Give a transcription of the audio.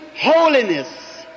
holiness